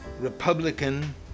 Republican